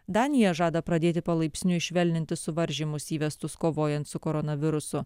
danija žada pradėti palaipsniui švelninti suvaržymus įvestus kovojant su koronavirusu